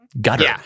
gutter